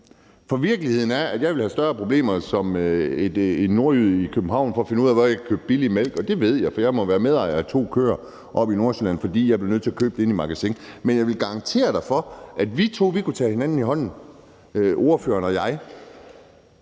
For virkeligheden er, at jeg ville have større problemer som en nordjyde i København med at finde ud af, hvor jeg kan købe billig mælk, og det ved jeg, for jeg må næsten være medejer af to køer oppe i Nordsjælland, fordi jeg blev nødt til at købe det inde i Magasin. Men jeg vil garantere for, at vi to, ordføreren og jeg,